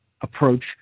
approach